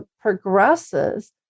progresses